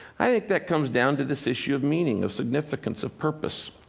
i think that comes down to this issue of meaning, of significance, of purpose.